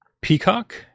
Peacock